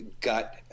gut